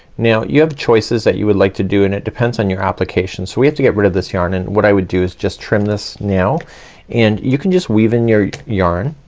now you have choices that you would like to do and it depends on your application. so we have to get rid of this yarn and what i would do is just trim this now and you can just weave in your yarn.